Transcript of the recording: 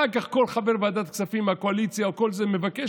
אחר כך כל חבר ועדת כספים מהקואליציה מבקש,